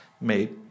made